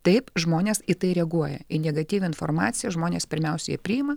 taip žmonės į tai reaguoja į negatyvią informaciją žmonės pirmiausia ją priima